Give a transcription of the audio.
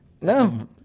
No